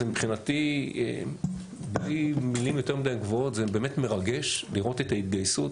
מבחינתי בלי מילים יותר מדי גבוהות זה באמת מרגש לראות את ההתגייסות.